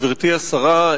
גברתי השרה,